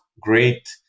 great